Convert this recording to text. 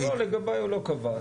לא, לגביי הוא לא קבע.